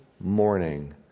morning